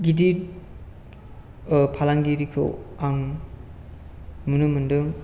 गिदिर ओह फालांगिरिखौ आं नुनो मोनदों